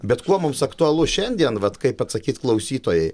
bet kuo mums aktualu šiandien vat kaip atsakyt klausytojai